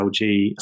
LG